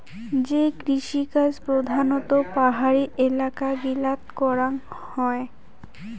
যে কৃষিকাজ প্রধানত পাহাড়ি এলাকা গিলাত করাঙ হই